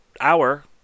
hour